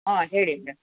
ಹಾಂ ಹೇಳಿ ಮೇಡಮ್